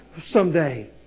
someday